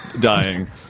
dying